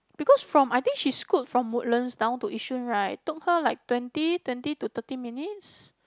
because from I think she scoot from Woodlands down to Yishun right took her like twenty twenty to thirty minutes